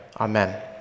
amen